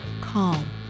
calm